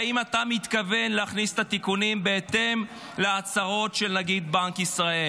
האם אתה מתכוון להכניס את התיקונים בהתאם להצעות של נגיד בנק ישראל?